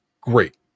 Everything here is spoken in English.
Great